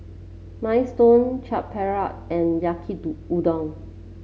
Minestrone Chaat Papri and Yaki Do Udon